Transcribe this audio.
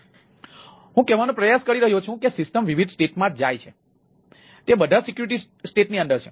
તેથી હું કહેવાનો પ્રયાસ કરી રહ્યો છું કે સિસ્ટમ વિવિધ સ્ટેટમાં જાય છે તે બધા સિક્યુરિટી સ્ટેટની અંદર છે